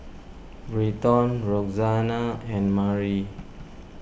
Britton Roxanna and Mari